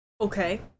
Okay